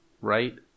right